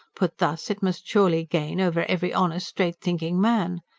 put thus, it must surely gain over every honest, straight-thinking man.